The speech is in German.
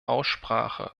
aussprache